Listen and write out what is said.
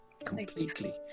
completely